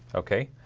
okay,